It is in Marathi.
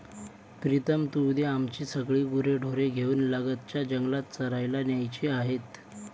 प्रीतम तू उद्या आमची सगळी गुरेढोरे घेऊन लगतच्या जंगलात चरायला न्यायची आहेत